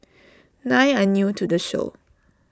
nine are new to the show